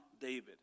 David